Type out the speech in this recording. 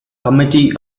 committee